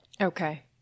Okay